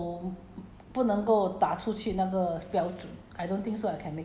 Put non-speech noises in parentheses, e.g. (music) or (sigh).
我我不喜欢玩那个东西我觉得 (noise) 我我的手